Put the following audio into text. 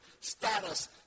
status